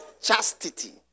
Chastity